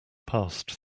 passed